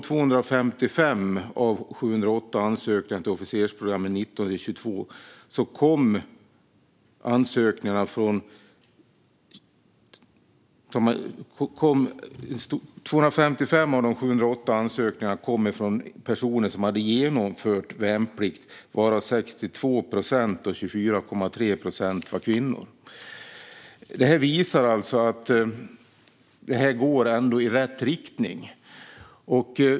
255 av de 708 ansökningarna till officersprogrammet för 2019-2022 kom från personer som hade genomfört värnplikt; av dem var 62, alltså 24,3 procent, kvinnor. Detta visar att det ändå går i rätt riktning.